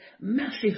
massive